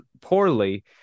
poorly